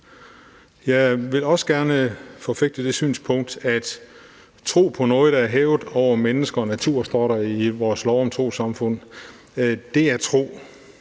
så vigtig rettighed. Det er tro at tro på noget, der er hævet over mennesker og natur, står der i vores lov om trossamfund, men jeg vil